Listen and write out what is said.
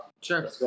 Sure